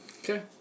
Okay